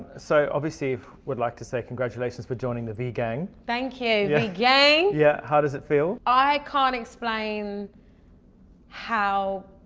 so, obviously, would like to say congratulations for joining the v gang. thank you. v gang! yeah, how does it feel? i can't explain how